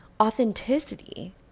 authenticity